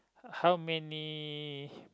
how many